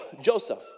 Joseph